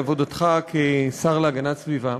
על עבודתך כשר להגנת הסביבה.